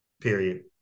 Period